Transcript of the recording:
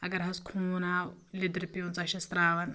اگر حظ خوٗن آو لِدٕر پیوٗنٛژہ چھِس ترٛاوان